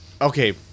okay